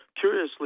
Curiously